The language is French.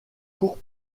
cours